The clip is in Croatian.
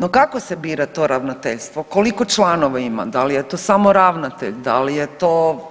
No kako se bira to ravnateljstvo, koliko članova ima, da li je to samo ravnatelj, da li je to